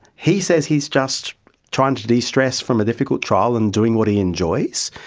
he says he's just trying to de-stress from a difficult trial and doing what he enjoys,